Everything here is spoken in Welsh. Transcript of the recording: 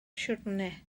siwrne